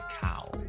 cow